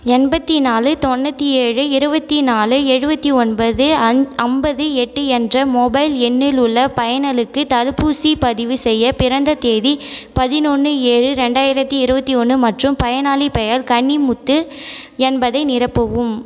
எண்பத்தினாலு தொண்ணூற்றியேழு இருபத்தினாலு எழுபத்தி ஒன்பது ஐம்பது எட்டு என்ற மொபைல் எண்ணிலுள்ள பயனலுக்கு தடுப்பூசிப் பதிவு செய்ய பிறந்த தேதி பதினொன்று ஏழு ரெண்டாயிரத்து இருபத்தி ஒன்று மற்றும் பயனாளிப் பெயர் கன்னிமுத்து என்பதை நிரப்பவும்